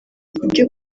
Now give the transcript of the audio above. ibyo